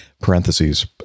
parentheses